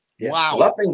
Wow